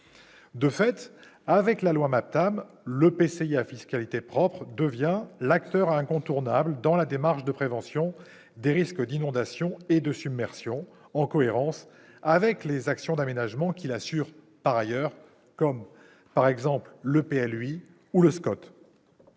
De fait, avec la loi MAPTAM, l'EPCI à fiscalité propre devient l'acteur incontournable dans la démarche de prévention des risques d'inondation et de submersion, en cohérence avec les actions d'aménagement qu'il mène par ailleurs, comme le PLUI et le SCOT.